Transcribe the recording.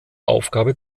aufgabe